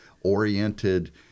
oriented